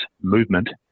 movement